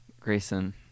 Grayson